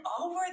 over